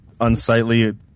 unsightly